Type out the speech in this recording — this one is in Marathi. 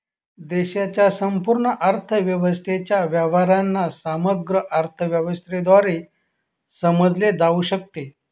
देशाच्या संपूर्ण अर्थव्यवस्थेच्या व्यवहारांना समग्र अर्थशास्त्राद्वारे समजले जाऊ शकते